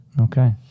okay